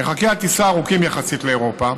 מרחקי הטיסה ארוכים יחסית לאירופה,